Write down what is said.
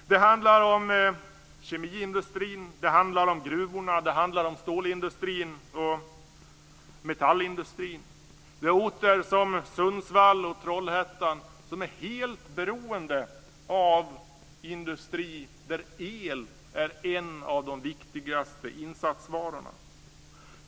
Det handlar om kemiindustrin. Det handlar om gruvorna. Det handlar om stålindustrin och metallindustrin. Det är orter som Sundsvall och Trollhättan som är helt beroende av industri där el är en av de viktigaste insatsvarorna.